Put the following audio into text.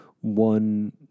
one